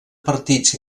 partits